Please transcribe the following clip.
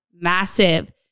massive